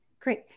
great